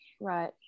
Right